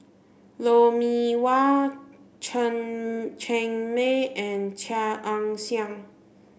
Lou Mee Wah Chen Cheng Mei and Chia Ann Siang